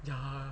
ya